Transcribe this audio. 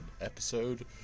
Episode